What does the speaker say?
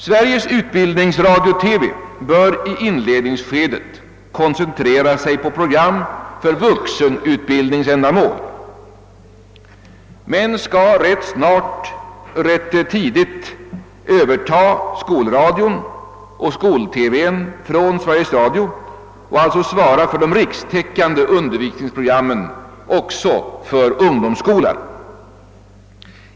Sveriges Utbildningsradio-TV bör i inledningsskedet koncentrera sig på program för vuxenutbildningsändamål men skall relativt tidigt överta skolradio och skol-TV från Sveriges Radio och alltså svara för de rikstäckande undervisningsprogrammen också för ungdomsskolan.